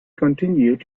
continued